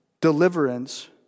deliverance